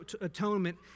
atonement